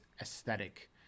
aesthetic